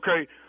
Okay